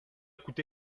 coûté